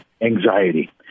anxiety